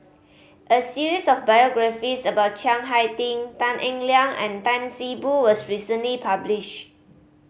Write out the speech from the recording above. a series of biographies about Chiang Hai Ding Tan Eng Liang and Tan See Boo was recently published